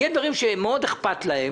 יהיו דברים שמהם מאוד אכפת להם,